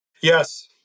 Yes